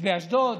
יש באשדוד,